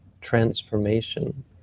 transformation